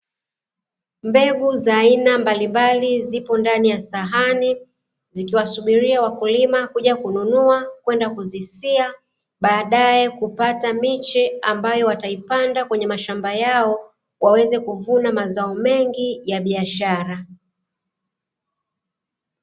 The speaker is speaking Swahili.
Mbegu za aina mbalimbali zipo ndani ya sahani, zikiwasubiria wakulima kuja kununua kwenda kuzisia, baadaye kupata miche ambayo wataipanda kwenye mashamba yao, waweze kuvuna mazao mengi ya biashara.